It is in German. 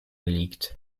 liegt